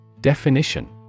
Definition